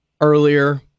earlier